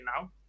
now